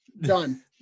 Done